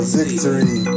victory